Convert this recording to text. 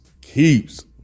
keeps